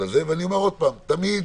אני אומר שוב: תמיד